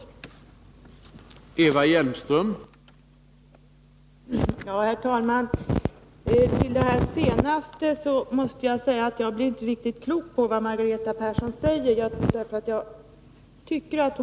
som har dömts terapi för män som har dömts för våldtäkt